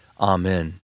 Amen